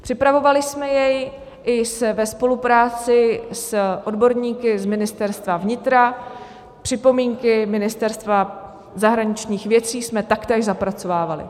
Připravovali jsme jej i ve spolupráci s odborníky z Ministerstva vnitra, připomínky Ministerstva zahraničních věcí jsme taktéž zapracovávali.